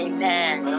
Amen